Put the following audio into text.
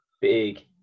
big